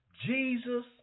Jesus